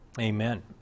Amen